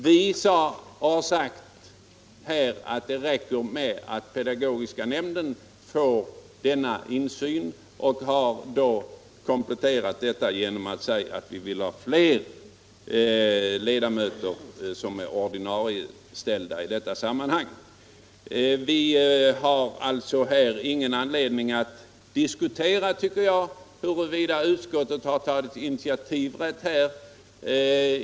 Vi har sagt att det är tillräckligt att pedagogiska nämnden får denna insyn och har dessutom framställt det kompletterande kravet att vi skall få flera ordinarie ledamöter i detta sammanhang. Vi har alltså, tycker jag, ingen anledning att här diskutera huruvida utskottet har utnyttjat sin initiativrätt.